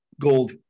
Gold